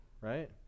right